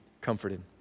comforted